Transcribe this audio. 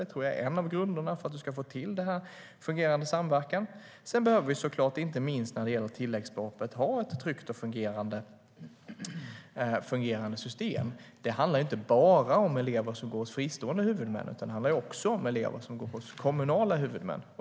Det tror jag är en av grunderna för att man ska få till en fungerande samverkan. Sedan behöver vi såklart, inte minst när det gäller tilläggsbeloppet, ha ett tryggt och fungerande system. Det handlar inte bara om elever som går hos fristående huvudmän. Det handlar också om elever som går hos kommunala huvudmän.